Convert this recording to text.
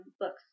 books